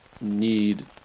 need